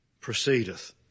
proceedeth